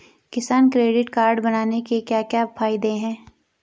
किसान credit card बनाने के क्या क्या फायदे हैं?